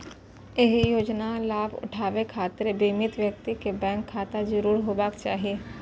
एहि योजनाक लाभ उठाबै खातिर बीमित व्यक्ति कें बैंक खाता जरूर होयबाक चाही